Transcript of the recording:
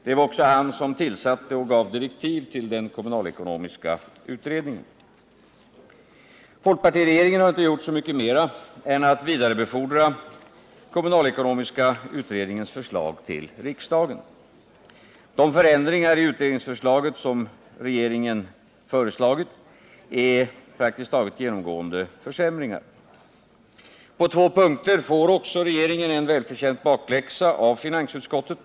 Det var också han som tillsatte och gav direktiv till den kommunalekonomiska utredningen. Folkpartiregeringen har inte gjort så mycket mera än att vidarebefordra den kommunalekonomiska utredningens förslag till riksdagen. De förändringar i utredningsförslaget som regeringen har föreslagit är praktiskt taget genomgående försämringar. På två punkter får också. regeringen en välförtjänt bakläxa av finansutskottet.